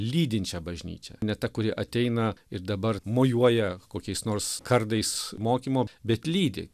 lydinčia bažnyčia ne ta kuri ateina ir dabar mojuoja kokiais nors kardais mokymo bet lydi